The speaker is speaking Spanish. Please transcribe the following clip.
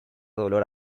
dolor